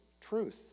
truth